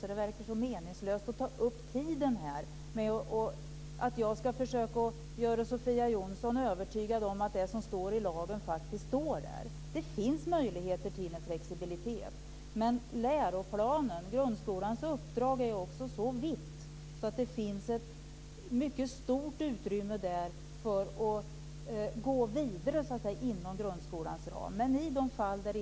Därför verkar det så meningslöst att ta upp tiden här med att övertyga Sofia Jonsson om att det som står i lagen verkligen står där. Det finns möjligheter till en flexibilitet. Men enligt läroplanen är grundskolans uppdrag så vitt att det finns ett mycket stort utrymme för att gå vidare inom grundskolans ram.